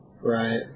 right